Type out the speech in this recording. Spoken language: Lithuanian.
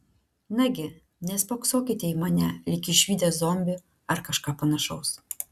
nagi nespoksokite į mane lyg išvydę zombį ar kažką panašaus